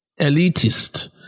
elitist